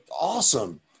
awesome